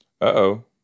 Uh-oh